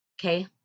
Okay